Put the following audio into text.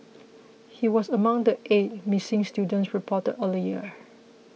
he was among the eight missing students reported earlier